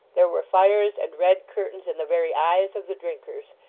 there were fires and red curtains in the very eyes of the drinkers,